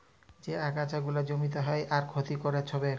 যে আগাছা গুলা জমিতে হ্যয় আর ক্ষতি ক্যরে ছবের